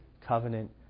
covenant